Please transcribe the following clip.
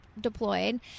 deployed